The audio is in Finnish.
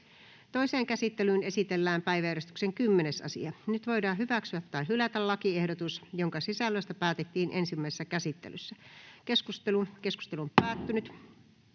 Toiseen käsittelyyn esitellään päiväjärjestyksen 6. asia. Nyt voidaan hyväksyä tai hylätä lakiehdotus, jonka sisällöstä päätettiin ensimmäisessä käsittelyssä. — Keskustelu, edustaja